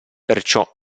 perciò